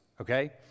okay